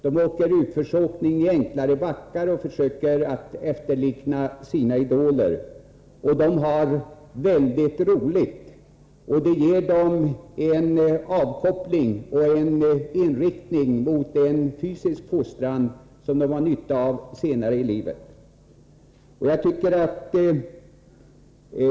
De åker utförsåkning i små backar och försöker efterlikna sina idoler. De har mycket roligt, och det ger dem avkoppling och en inriktning mot en fysisk fostran, som de har nytta av senare i livet.